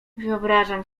wyobrażam